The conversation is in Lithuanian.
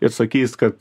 ir sakys kad